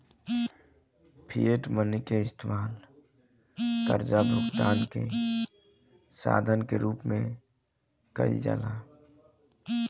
fiat money के इस्तमाल कर्जा भुगतान के साधन के रूप में कईल जाला